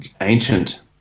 ancient